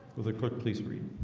will they quit please read?